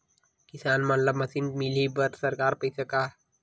किसान मन ला मशीन मिलही बर सरकार पईसा का?